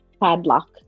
padlock